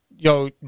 Yo